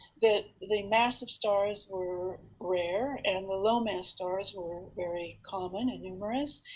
that the massive stars were rare and the low mass stars were very common and numerous,